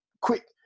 quick